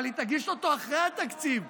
אבל היא תגיש אותו אחרי התקציב,